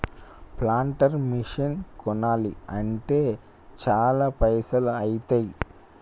planter machine కొనాలి అంటే చాల పైసల్ ఐతాయ్